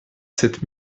sept